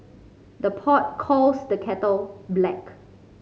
the pot calls the kettle black